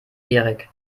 erik